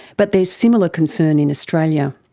but there's similar concern in australia.